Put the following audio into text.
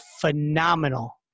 phenomenal